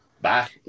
bye